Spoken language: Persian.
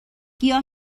گیاه